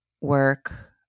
work